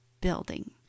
building